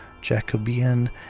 Jacobean